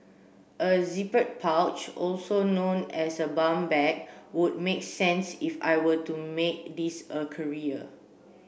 a zippered pouch also known as a bum bag would make sense if I were to make this a career